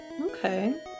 Okay